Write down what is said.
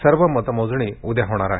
सर्व मतमोजणी उदया होणार आहे